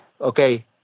Okay